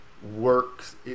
works